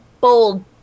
bold